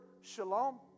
shalom